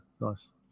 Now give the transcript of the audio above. Nice